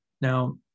Now